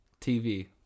TV